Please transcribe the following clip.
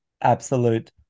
Absolute